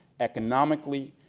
economically,